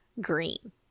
green